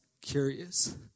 curious